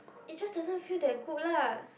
it just doesn't feel that good lah